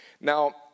Now